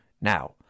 Now